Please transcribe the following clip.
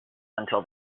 until